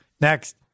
Next